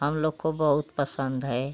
हम लोग को बहुत पसंद है